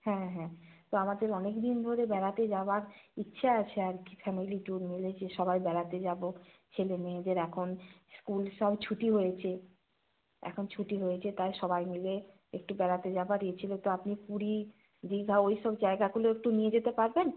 হ্যাঁ হ্যাঁ তো আমাদের অনেক দিন ধরে বেড়াতে যাবার ইচ্ছে আছে আর কি ফ্যামিলি ট্যুর মিলে যে সবাই বেড়াতে যাব ছেলে মেয়েদের এখন স্কুল সব ছুটি হয়েছে এখন ছুটি হয়েছে তাই সবাই মিলে একটু বেড়াতে যাবার এ ছিল তো আপনি পুরী দীঘা ওই সব জায়গাগুলো একটু নিয়ে যেতে পারবেন